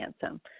handsome